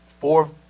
four –